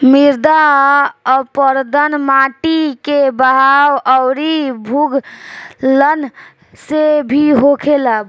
मृदा अपरदन माटी के बहाव अउरी भूखलन से भी होखेला